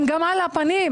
הם גם על הפנים.